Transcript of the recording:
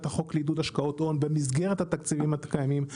החוק לעידוד השקעות הון במסגרת התקצבים הקיימים.